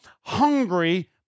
hungry